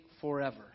forever